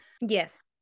Yes